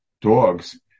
dogs